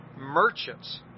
merchants